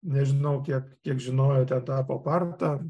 nežinau kiek kiek žinojo ten tą pop artą